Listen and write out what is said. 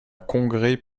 congrès